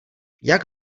jak